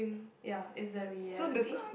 ya is the reality